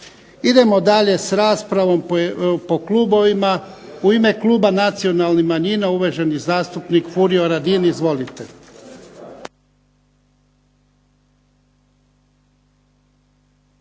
Idemo dalje sa raspravom po klubovima. U ime kluba nacionalnih manjina uvaženi zastupnik Furio Radin. Izvolite.